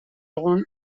egun